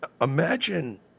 Imagine